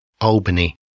Albany